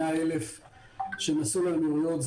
ה-100,000 שנסעו לאמירויות,